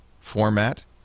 format